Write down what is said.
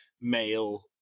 male